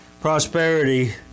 Prosperity